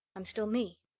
i'm still me.